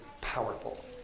powerful